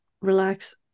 relax